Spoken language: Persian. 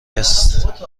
است